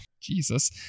Jesus